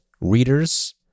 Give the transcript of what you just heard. Readers